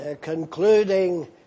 concluding